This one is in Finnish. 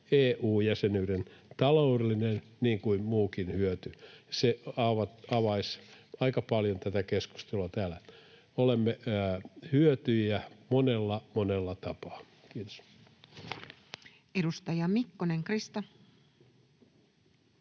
EU-jäsenyyden niin taloudellinen kuin muukin hyöty. Se avaisi aika paljon tätä keskustelua täällä. Olemme hyötyjiä monella, monella tapaa. — Kiitos. Edustaja Mikkonen, Krista.